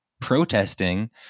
protesting